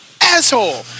Asshole